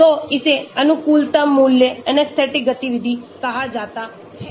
तो इसे अनुकूलतम मूल्य anesthetic गतिविधि कहा जाता है